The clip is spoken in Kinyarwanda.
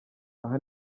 aha